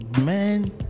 man